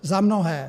Za mnohé.